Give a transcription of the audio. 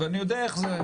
ואני יודע איך זה,